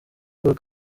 paul